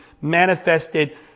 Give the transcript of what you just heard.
manifested